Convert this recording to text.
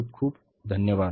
खूप खूप धन्यवाद